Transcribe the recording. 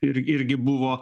ir irgi buvo